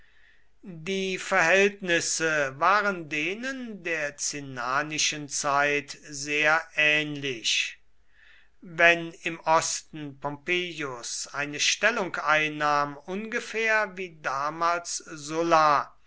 die verhältnisse waren denen der cinnanischen zeit sehr ähnlich wenn im osten pompeius eine stellung einnahm ungefähr wie damals sulla